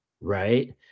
right